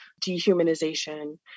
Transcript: dehumanization